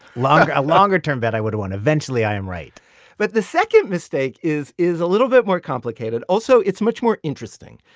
like a longer-term bet, i would've won. eventually, i am right but the second mistake is is a little bit more complicated. also, it's much more interesting.